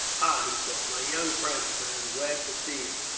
ah! he said, my young friends, i'm glad to see you.